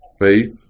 faith